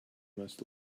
must